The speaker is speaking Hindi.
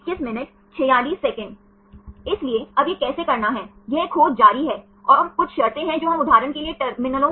छात्र 4 चार परमाणुओं की आवश्यकता होती है 1 2 3 एक प्लेन से पहले और दूसरा 3 प्लेन बनाते हैं और डायहेड्रल कोण इन 2 विमानों के बीच का कोण है